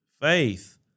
faith